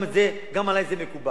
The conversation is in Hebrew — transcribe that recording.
גם זה, גם עלי זה מקובל.